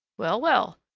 well, well!